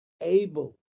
able